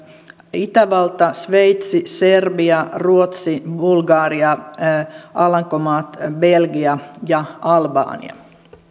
itävalta sveitsi serbia ruotsi bulgaria alankomaat belgia ja albania